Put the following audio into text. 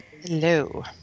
Hello